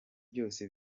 byose